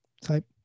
type